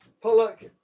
Pollock